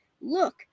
Look